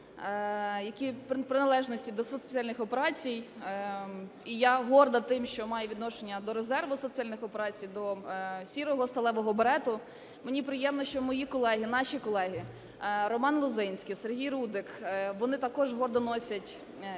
які в приналежності до Сил спеціальних операцій. І я горда тим, що маю відношення до резерву Сил спеціальних операцій, до сірого, сталевого берету. Мені приємно, що мої колеги, наші колеги: Роман Лозинський, Сергій Рудик, вони також гордо носять